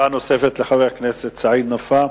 נוספת לחבר הכנסת סעיד נפאע.